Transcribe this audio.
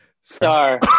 Star